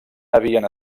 havien